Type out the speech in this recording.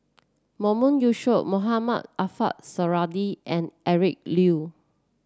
Mahmood Yusof Mohamed Ariff Suradi and Eric Low